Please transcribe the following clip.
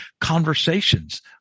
conversations